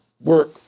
work